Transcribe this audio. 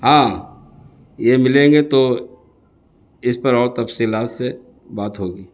ہاں یہ ملیں گے تو اس پر اور تفصیلات سے بات ہوگی